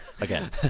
Again